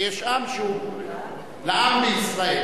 ויש עם שהוא העם בישראל.